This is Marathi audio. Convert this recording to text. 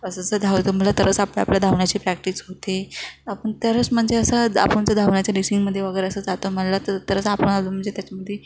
असं जर धावतो म्हटलं तरच आपल्या आपल्या धावण्याची प्रॅक्टिस होते आपण तरच म्हणजे असं आपण जर धावण्याच्या रेसिंगमध्ये वगैरे असं जातो म्हटलं तरच आपण आलो म्हणजे त्याच्यामध्ये